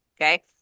Okay